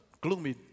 gloomy